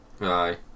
aye